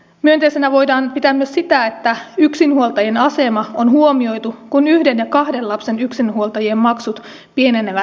myönteisenä voidaan pitää myös sitä että yksinhuoltajan asema on huomioitu kun yhden ja kahden lapsen yksinhuoltajien maksut pienenevät hiukan